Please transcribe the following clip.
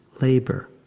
labor